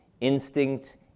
instinct